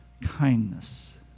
kindness